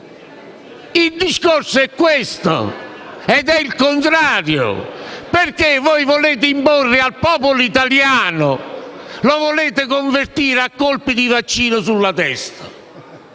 Il discorso è questo ed è il contrario. Perché volete imporre al popolo italiano di vaccinarsi e volete convertirlo a colpi di vaccino sulla testa?